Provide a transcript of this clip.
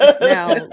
Now